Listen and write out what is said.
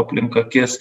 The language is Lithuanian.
aplink akis